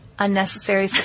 unnecessary